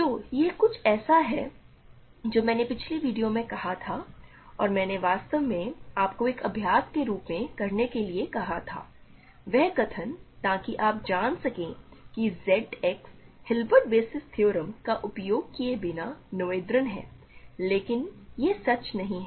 तो यह कुछ ऐसा है जो मैंने पिछले वीडियो में कहा था और मैंने वास्तव में आपको एक अभ्यास के रूप में करने के लिए कहा था वह कथन ताकि आप जान सकें कि Z X Hilbert basis theorem का उपयोग किए बिना नोएथेरियन है लेकिन यह सच नहीं है